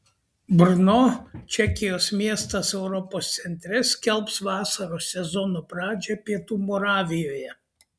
brno čekijos miestas europos centre skelbs vasaros sezono pradžią pietų moravijoje